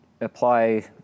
apply